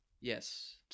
Yes